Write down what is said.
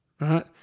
right